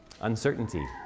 uncertainty